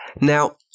Now